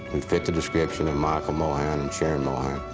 who fit the description of michael mohon and sharon mohon,